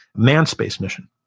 manned space mission.